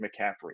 McCaffrey